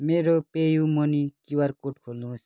मेरो PayU Money QR code खोल्नुहोस्